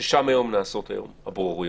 ששם היום נעשות הבוררויות,